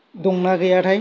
दंना गैयाथाय